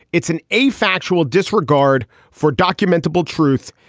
it's an a factual disregard for documentable truth.